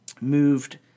moved